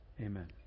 Amen